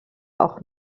auch